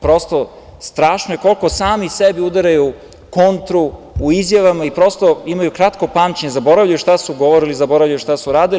Prosto, strašno je koliko sami sebi udaraju kontru u izjavama i prosto imaju kratko pamćenje, zaboravljaju šta su govorili, zaboravljaju šta su radili.